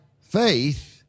faith